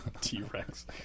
T-Rex